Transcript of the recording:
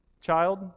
child